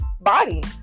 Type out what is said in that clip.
body